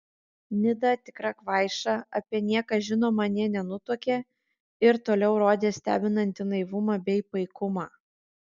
nida tikra kvaiša apie nieką žinoma nė nenutuokė ir toliau rodė stebinantį naivumą bei paikumą